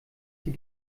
sie